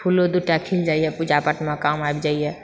फूलो दूटा खिल जाइए पूजा पाठमे काम आबि जाइए